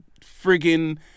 friggin